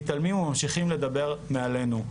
מתעלמים וממשיכים לדבר מעלינו.